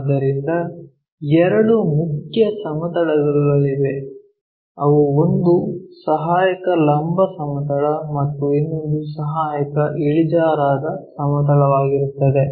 ಆದ್ದರಿಂದ ಎರಡು ಮುಖ್ಯ ಸಮತಲಗಳಿವೆ ಅವು ಒಂದು ಸಹಾಯಕ ಲಂಬ ಸಮತಲ ಮತ್ತು ಇನ್ನೊಂದು ಸಹಾಯಕ ಇಳಿಜಾರಾದ ಸಮತಲವಾಗಿರುತ್ತದೆ